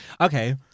okay